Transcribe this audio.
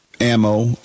ammo